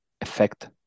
effect